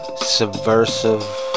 subversive